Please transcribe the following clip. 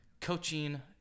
coaching